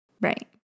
Right